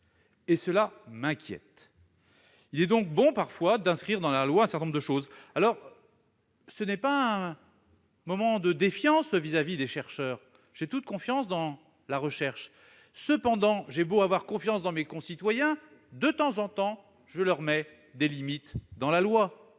et cela m'inquiète. Il est donc bon, parfois, d'inscrire dans la loi un certain nombre d'éléments. Il ne s'agit pas d'une forme de défiance vis-à-vis des chercheurs. J'ai toute confiance dans la recherche. Cependant, j'ai beau avoir confiance dans mes concitoyens, de temps en temps, je leur impose des limites dans la loi.